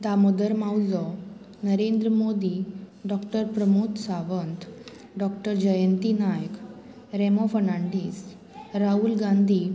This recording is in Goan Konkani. Damodar Mauzo Narendra Modi doctor Pramod Sawant doctor Jayanti Naik Remo Fernandes Rahul Gandhi